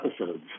episodes